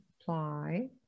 apply